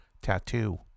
Tattoo